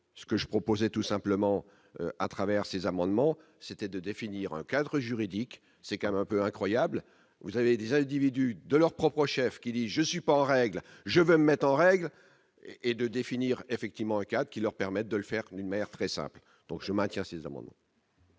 ce que je propose est tout simplement à travers ces amendements, c'était de définir un cadre juridique, c'est quand même un peu incroyable, vous avez des individus de leur propre chef, qui est, je suis pas en règle, je veux mettre en règle et de définir effectivement 4 qui leur permettent de le faire, une mère très sympa, donc je maintiens ces amendements.